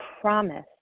promise